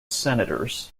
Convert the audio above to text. senators